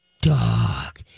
dog